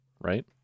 right